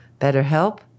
BetterHelp